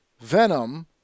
Venom